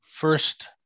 first